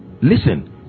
Listen